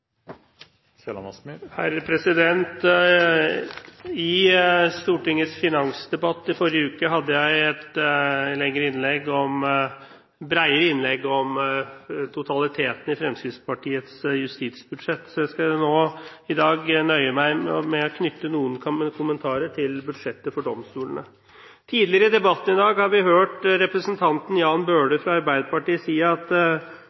I Stortingets finansdebatt i forrige uke hadde jeg et bredere innlegg om totaliteten i Fremskrittspartiets justisbudsjett. Jeg skal nå i dag nøye meg med å knytte noen kommentarer til budsjettet for domstolene. Tidligere i debatten i dag har vi hørt representanten Jan Bøhler fra Arbeiderpartiet si at